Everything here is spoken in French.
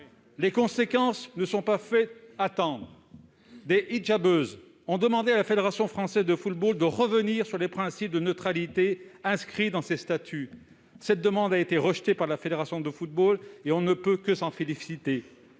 Les conséquences ne se sont pas fait attendre : des « hijabeuses » ont demandé à la Fédération française de football de revenir sur les principes de neutralité inscrits dans ses statuts. Cette demande a été rejetée par la FFF, et on ne peut que s'en féliciter